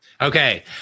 okay